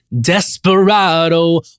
Desperado